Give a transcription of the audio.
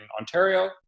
ontario